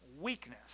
weakness